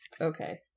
Okay